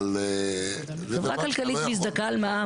אבל זה דבר שאתה לא יכול --- חברה כלכלית מזדכה על מע"מ,